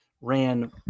ran